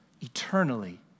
eternally